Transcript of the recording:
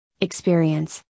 experience